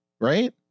right